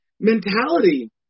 Mentality